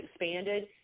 expanded –